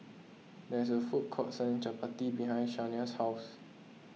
there is a food court selling Chapati behind Shania's house